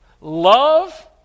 Love